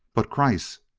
but kreiss!